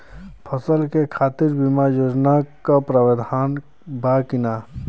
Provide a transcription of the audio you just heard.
फसल के खातीर बिमा योजना क भी प्रवाधान बा की नाही?